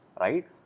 right